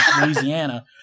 Louisiana